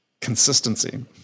consistency